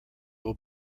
will